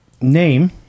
Name